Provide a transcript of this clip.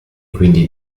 quindi